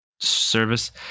Service